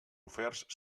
oferts